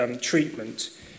treatment